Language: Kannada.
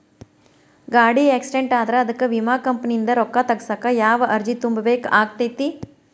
ಗಾಡಿ ಆಕ್ಸಿಡೆಂಟ್ ಆದ್ರ ಅದಕ ವಿಮಾ ಕಂಪನಿಯಿಂದ್ ರೊಕ್ಕಾ ತಗಸಾಕ್ ಯಾವ ಅರ್ಜಿ ತುಂಬೇಕ ಆಗತೈತಿ?